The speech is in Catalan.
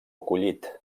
collit